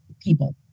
people